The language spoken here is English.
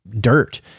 dirt